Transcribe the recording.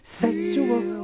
sexual